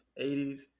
80s